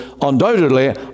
undoubtedly